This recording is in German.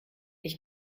ich